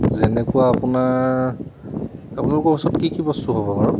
যেনেকুৱা আপোনাৰ আপোনালোকৰ ওচৰত কি কি বস্তু হ'ব বাৰু